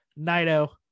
Naito